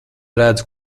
redzu